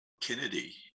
Kennedy